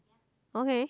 okay